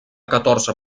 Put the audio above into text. catorze